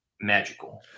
magical